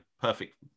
perfect